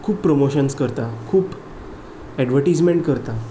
खूब प्रमोशन्स करता खूब एडवर्टिझमेंट करता